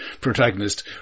protagonist